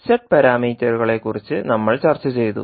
z പാരാമീറ്ററുകളെക്കുറിച്ച് നമ്മൾ ചർച്ചചെയ്തു